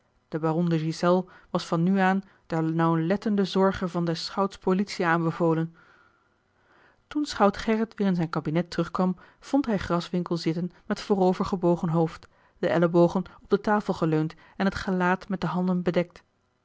de ghiselles was van nu aan der nauwlettende zorge van des schouts politie aanbevolen toen schout gerrit weer in zijn kabinet terugkwam vond hij graswinckel zitten met voorover gebogen hoofd de ellebogen op de tafel geleund en het gelaat met de handen bedekt